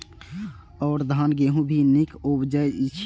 और धान गेहूँ भी निक उपजे ईय?